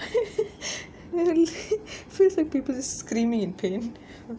feels like people screaming in pain